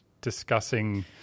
discussing